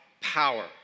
power